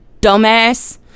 dumbass